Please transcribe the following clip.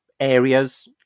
areas